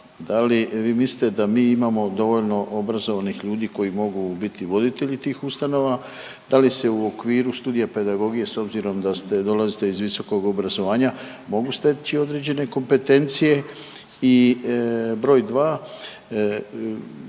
da li vi mislite da mi imamo dovoljno obrazovanih ljudi koji mogu biti voditelji tih ustanova, da li se u okviru studija pedagogije s obzirom da ste, dolazite iz visokog obrazovanja mogli steći određene kompetencije. I broj dva